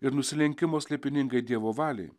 ir nusilenkimo slėpiningai dievo valiai